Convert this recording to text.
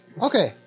Okay